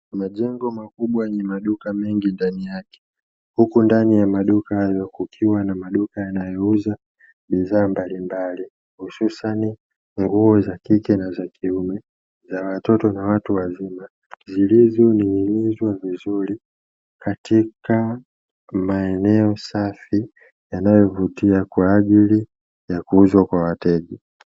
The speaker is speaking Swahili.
Majengo makubwa yenye maduka mengi ndani yake, huku ndani ya maduka hayo kukiwa na maduka yanayouza bidhaa mbalimbali hususani nguo za kike na za kiume, za watoto na watu wazima zilizoning'inizwa vizuri katika maeneo safi yanayovutia kwa ajili ya kuuzwa kwa wateja.